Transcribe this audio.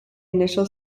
initial